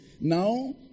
Now